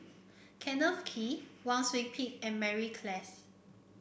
Kenneth Kee Wang Sui Pick and Mary Klass